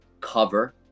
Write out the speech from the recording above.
cover